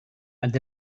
and